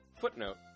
Footnote